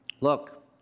Look